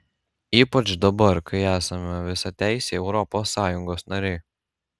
ypač dabar kai esame visateisiai europos sąjungos nariai